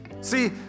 See